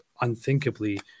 unthinkably